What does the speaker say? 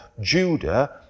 Judah